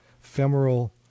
femoral